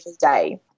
day